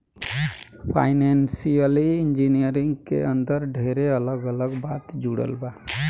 financial engineering के अंदर ढेरे अलग अलग बात जुड़ल बा